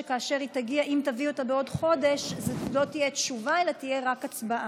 אם תביא אותה בעוד חודש לא תהיה תשובה אלא רק הצבעה.